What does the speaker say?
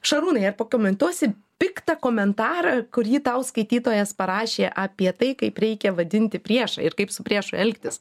šarūnai ar pakomentuosi piktą komentarą kurį tau skaitytojas parašė apie tai kaip reikia vadinti priešą ir kaip su priešu elgtis